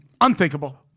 unthinkable